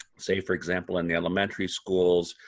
say for example in the elementary schools,